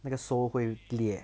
那个 sole 会裂